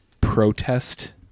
protest